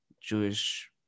Jewish